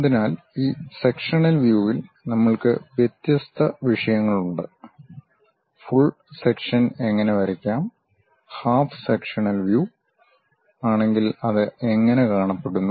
അതിനാൽ ഈ സെക്ഷനൽ വ്യുവിൽ നമ്മൾക്ക് വ്യത്യസ്ത വിഷയങ്ങളുണ്ട് ഫുൾ സെക്ഷൻ എങ്ങനെ വരയ്ക്കാം ഹാഫ് സെക്ഷനൽ വ്യു ആണെങ്കിൽ അത് എങ്ങനെ കാണപ്പെടുന്നു